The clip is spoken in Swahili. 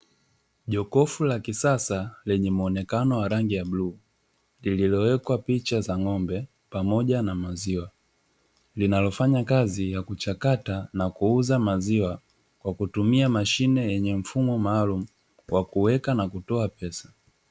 Jokofu la kisasa lenye muonekano wa rangi ya bluu lililowekwa picha za ng'ombe pamoja na maziwa, linalofanya kazi ya kuchakata na kuuza maziwa kwa kutumia mashine yenye mfumo maalumu wa kuweka na kutoa pesa.